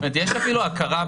יש אפילו הכרה,